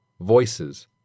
voices